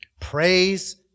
Praise